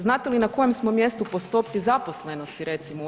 Znate li na kojem smo mjestu po stopi zaposlenosti recimo u EU?